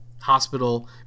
Hospital